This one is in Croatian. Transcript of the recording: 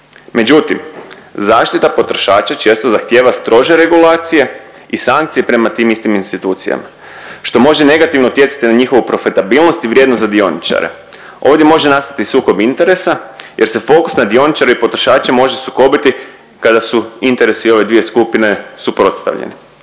Međutim, zaštita potrošača često zahtijeva strože regulacije i sankcije prema tim istim institucijama, što može negativno utjecati na njihovu profitabilnost i vrijednost za dioničare. Ovdje može nastati sukob interesa jer se fokus na dioničare i potrošače može sukobiti kada su interesi ove dvije skupine suprotstavljene.